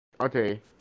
Okay